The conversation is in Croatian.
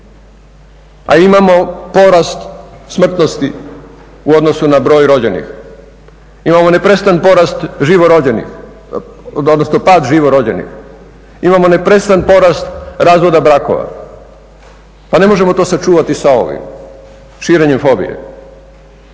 a imamo porast smrtnosti u odnosu na broj rođenih. Imamo neprestan pad živorođenih, imamo neprestan porast razvoda brakova. Pa ne možemo to sačuvati sa ovim, širenjem fobije.